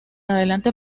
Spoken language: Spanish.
adelante